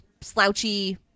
slouchy